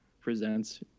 presents